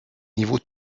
niveau